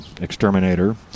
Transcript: exterminator